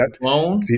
loan